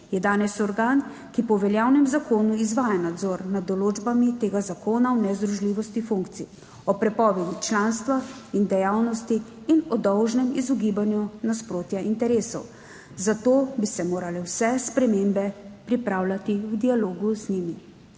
je danes organ, ki po veljavnem zakonu izvaja nadzor nad določbami tega zakona o nezdružljivosti funkcij, o prepovedi članstva in dejavnosti in o dolžnem izogibanju nasprotja interesov, zato bi se morale vse spremembe pripravljati v dialogu z njimi.